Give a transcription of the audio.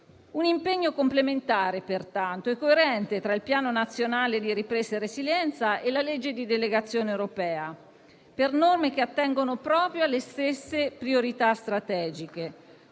un impegno complementare e coerente tra il Piano nazionale di ripresa e resilienza e la legge di delegazione europea per norme che attengono proprio alle stesse priorità strategiche,